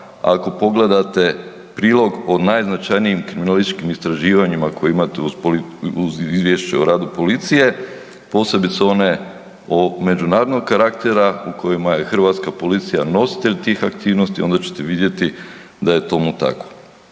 ako pogledate prilog o najznačajnijim kriminalističkim istraživanjima koje imate uz izvješće o radu policije, posebice one o međunarodnog karaktera u kojima je hrvatska policija nositelj tih aktivnosti, onda ćete vidjeti da je tomu tako.